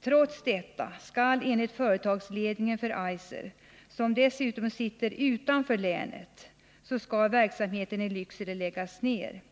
Trots detta skall enligt företagsledningen för Eiser, som sitter utanför länet, verksamheten i Lycksele läggas ner.